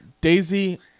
Daisy